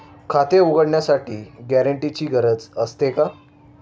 खाते उघडण्यासाठी गॅरेंटरची गरज असते का?